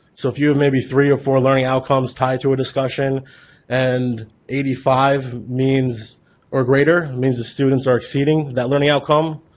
so if you have maybe three or four learning outcomes tied to a discussion and eighty five or greater means the students are exceeding that learning outcome,